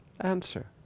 answer